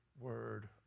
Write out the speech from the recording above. word